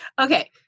Okay